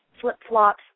flip-flops